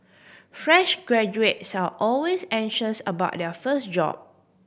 fresh graduates are always anxious about their first job